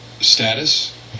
status